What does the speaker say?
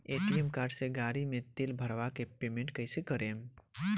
ATM card से गाड़ी मे तेल भरवा के पेमेंट कैसे करेम?